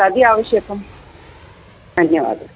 कति आवश्यकं धन्यवादः